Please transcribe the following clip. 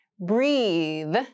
breathe